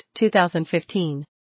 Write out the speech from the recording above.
2015